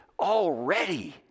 already